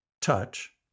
touch